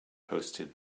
hosted